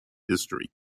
history